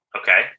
okay